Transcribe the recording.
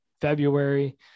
February